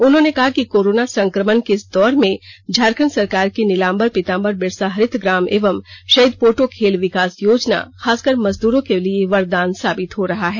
उन्होंने कहा कि कोरोना संक्रमण के इस दौर में झारखंड सरकार की नीलाम्बर पीताम्बर बिरसा हरित ग्राम एवम शहीद पोटो खेल विकास योजना खासकर मजदूरों के लिए वरदान साबित हो रहा है